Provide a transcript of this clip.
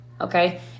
Okay